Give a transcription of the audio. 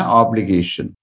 obligation